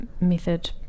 method